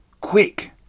Quick